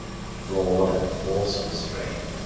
and fraud and force restrain.